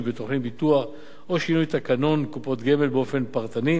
בתוכנית ביטוח או שינוי תקנון קופות גמל באופן פרטני.